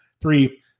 Three